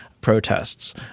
protests